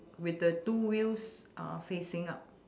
with the two wheels uh facing up